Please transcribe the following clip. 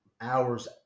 hours